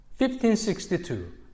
1562